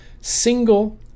single